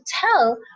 tell